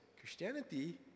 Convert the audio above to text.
Christianity